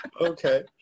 Okay